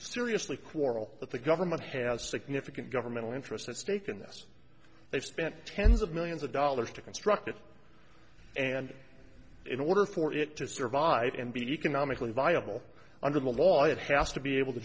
seriously quarrel that the government has significant governmental interest at stake in this they've spent tens of millions of dollars to construct it and in order for it to survive and be economically viable under the law it has to be able to